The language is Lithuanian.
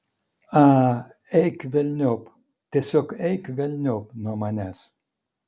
a eik velniop tiesiog eik velniop nuo manęs